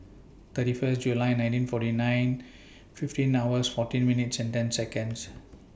thirty First July nineteen forty nine fifteen hours fourteen minutes and ten Seconds